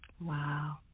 Wow